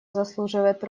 заслуживает